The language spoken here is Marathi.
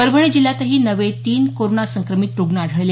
परभणी जिल्ह्यात नवे तीन कोरोना संक्रमित रुग्ण आढळले